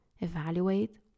Evaluate